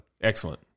Excellent